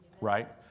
right